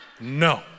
No